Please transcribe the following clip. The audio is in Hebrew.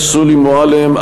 שולי מועלם-רפאלי,